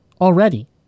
already